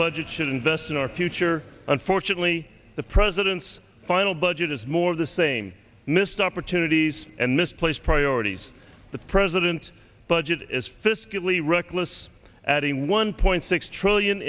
budget should invest in our future unfortunately the president's final budget is more of the same missed opportunities and misplaced priorities the president budget is fiscally reckless adding one point six trillion